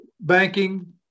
banking